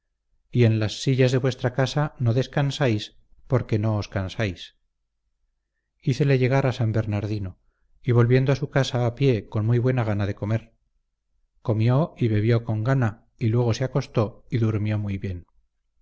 y en las sillas de vuestra casa no descansáis porque no os cansáis hicele llegar a san bernardino y volver a su casa a pie con muy buena gana de comer comió y bebió con gana y luego se acostó y durmió muy bien